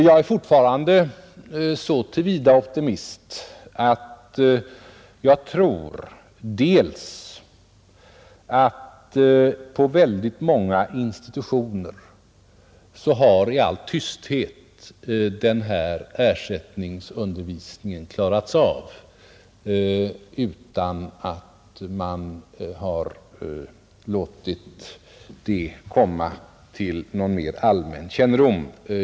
Jag är fortfarande så till vida optimist att jag tror att på väldigt många institutioner har i all tysthet denna ersättningsundervisning klarats av utan att man har låtit det komma till någon mera allmän kännedom.